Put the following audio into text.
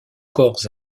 corps